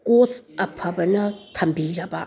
ꯀꯣꯁ ꯑꯐꯕꯅ ꯊꯝꯕꯤꯔꯕ